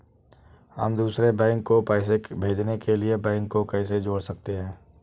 हम दूसरे बैंक को पैसे भेजने के लिए बैंक को कैसे जोड़ सकते हैं?